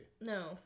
no